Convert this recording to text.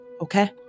Okay